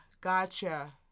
Gotcha